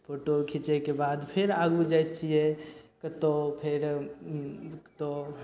photo खीचयके बाद फेर आगू जाइ छियै कतौ फेर तऽ